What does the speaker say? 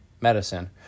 medicine